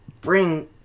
bring